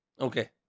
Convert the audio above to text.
Okay